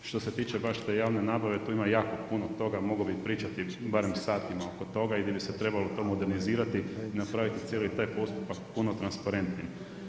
Što se tiče baš te javne nabave, tu ima jako puno toga mogao bi pričati barem satima oko toga i di bi se trebalo to modernizirati i napraviti cijeli taj postupak puno transparentnijim.